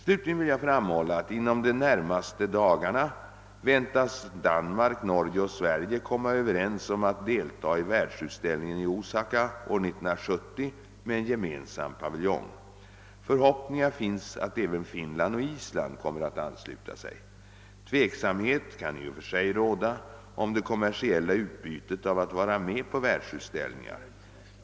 Slutligen vill jag framhålla att inom de närmaste dagarna väntas Danmark, Norge och Sverige komma överens om att delta i världsutställningen i Osaka år 1970 med en gemensam paviljong. Förhoppningar finns att även Finland och Island kommer att ansluta sig. Tveksamhet kan i och för sig råda om det kommersiella utbytet av att vara med på världsutställningar.